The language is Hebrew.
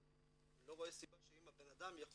אבל אני לא רואה סיבה שאם הבנאדם יכול